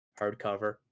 hardcover